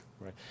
Right